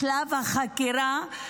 בשלב החקירה,